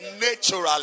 naturally